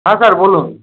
হ্যাঁ স্যার বলুন